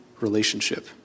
relationship